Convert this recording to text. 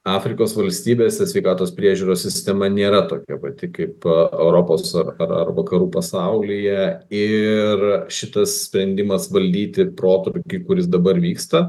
afrikos valstybėse sveikatos priežiūros sistema nėra tokia pati kaip europos ar ar vakarų pasaulyje ir šitas sprendimas valdyti protrūkį kuris dabar vyksta